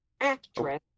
actress